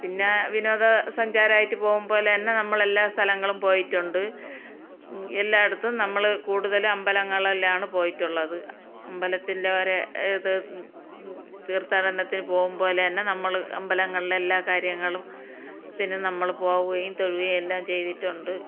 പിന്നെ വിനോദസഞ്ചാരമായിട്ട് പോവും പോലെ എന്നാൽ എല്ലാ സ്ഥലങ്ങളിലും പോയിട്ടുണ്ട് എല്ലായിടത്തും നമ്മൾ കൂടുതലും അമ്പലങ്ങളിലാണ് പോയിട്ടുള്ളത് അമ്പലത്തിൻ്റെ ഒരിത് തീർത്ഥാടനത്തിന് പോകും പോലെ തന്നെ നമ്മൾ അമ്പലങ്ങളിലെല്ലാ കാര്യങ്ങളും പിന്നെ നമ്മൾ പോവുകയും തൊഴുകയും എല്ലാം ചെയ്തിട്ടുണ്ട്